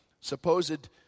supposed